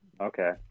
okay